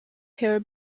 her